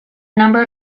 number